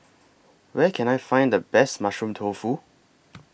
Where Can I Find The Best Mushroom Tofu